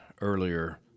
earlier